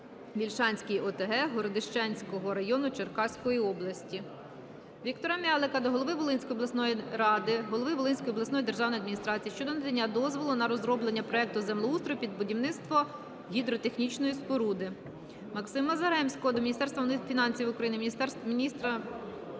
Вільшанській ОТГ Городищенського району Черкаської області. Віктора М'ялика до голови Волинської обласної ради, голови Волинської обласної державної адміністрації щодо надання дозволу на розроблення проекту землеустрою під будівництво гідротехнічної споруди. Максима Заремського до Міністерства фінансів України, Прем'єр-міністра України,